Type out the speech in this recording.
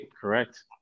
correct